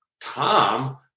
Tom